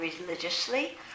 religiously